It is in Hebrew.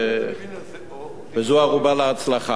וזו ערובה להצלחה.